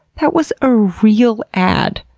that was a real ad.